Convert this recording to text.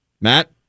Matt